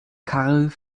karl